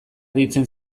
deitzen